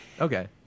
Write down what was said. okay